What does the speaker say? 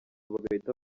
bagahita